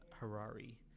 Harari